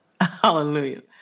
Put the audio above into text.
Hallelujah